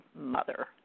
Mother